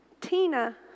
Tina